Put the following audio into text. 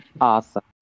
awesome